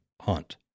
hunt